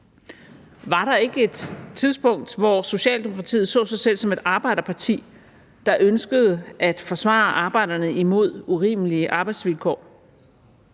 Var der ikke et tidspunkt, hvor Socialdemokratiet så sig selv som et arbejderparti, der ønskede at forsvare arbejderne imod urimelige arbejdsvilkår?